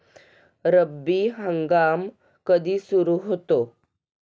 रब्बी हंगाम कधी सुरू होतो?